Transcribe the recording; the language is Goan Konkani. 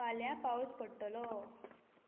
फाल्यां पावस पडटलो